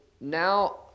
now